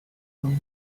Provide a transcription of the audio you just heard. from